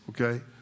okay